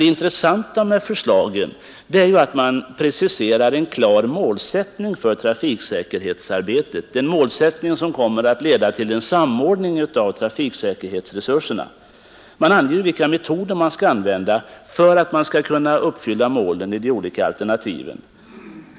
Det intressanta med dessa förslag är att TSV preciserar en klar målsättning som kommer att leda till en samordning av trafiksäkerhetsresurserna. Man anger vilka metoder som skall användas för att man skall kunna uppfylla målen i de olika alternativen.